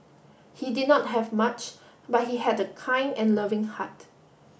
he did not have much but he had a kind and loving heart